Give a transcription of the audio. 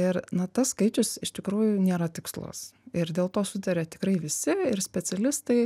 ir na tas skaičius iš tikrųjų nėra tikslus ir dėl to sutaria tikrai visi ir specialistai